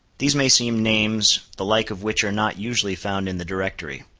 these may seem names, the like of which are not usually found in the directory.